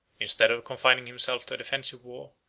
instead of confining himself to a defensive war,